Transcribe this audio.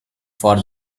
for